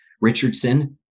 Richardson